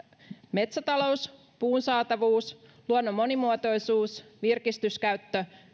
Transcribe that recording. metsätalous puun saatavuus luonnon monimuotoisuus virkistyskäyttö